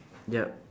yup